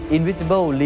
Invisible